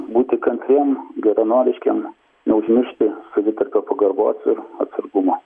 būti kantriem geranoriškiem neužmiršti savitarpio pagarbos ir atsargumo